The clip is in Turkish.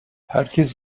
herkes